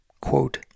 quote